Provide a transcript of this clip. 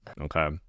okay